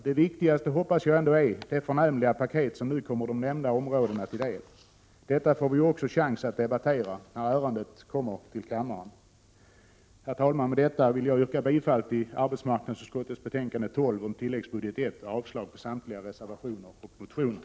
Det viktigaste hoppas jag ändå är det förnämliga paket som nu kommer de nämnda områdena till del. Detta får vi ju också chans att debattera när ärendet kommer till kammaren. Herr talman! Med detta vill jag yrka bifall till hemställan i arbetsmarknadsutskottets betänkande nr 12 om tilläggsbudget I och avslag på samtliga 159 reservationer och motioner.